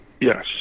Yes